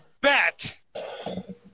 bet